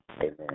Amen